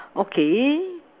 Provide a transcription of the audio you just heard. okay